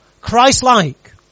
Christ-like